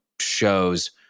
shows